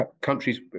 countries